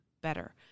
better